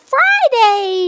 Friday